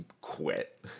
quit